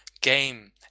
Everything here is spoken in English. game